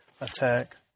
attack